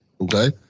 okay